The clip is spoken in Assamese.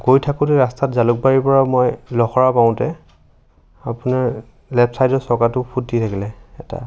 গৈ থাকোঁতে ৰাস্তাত জালুকবাৰীৰ পৰা মই লখৰা পাওঁতে আপোনাৰ লেফ্ট চাইডৰ চকাটো ফুটি থাকিলে এটা